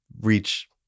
reach